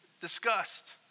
discussed